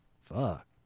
Fuck